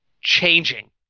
changing